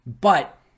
But-